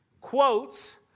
quotes